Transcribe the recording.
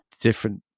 different